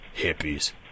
Hippies